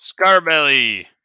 Scarbelly